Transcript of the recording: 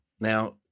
Now